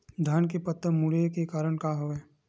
धान के पत्ता मुड़े के का कारण हवय?